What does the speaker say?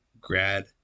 grad